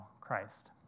Christ